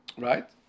right